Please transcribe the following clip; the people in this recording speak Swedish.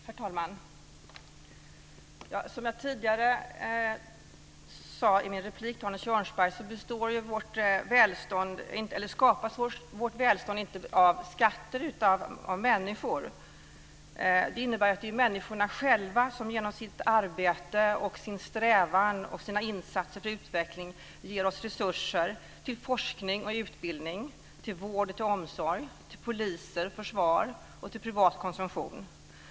Herr talman! Som jag tidigare sade i min replik till Arne Kjörnsberg skapas vårt välstånd inte av skatter utan av människor. Det innebär att det är människorna själva som genom sitt arbete, sin strävan och sina insatser för utveckling ger oss resurser till forskning och utbildning, till vård och omsorg, till poliser och försvar och till privat konsumtion.